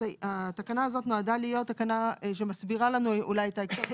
התקנה הזאת נועדה להיות תקנה שמסבירה לנו אולי את ההקשר,